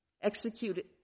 executed